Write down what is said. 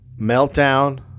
Meltdown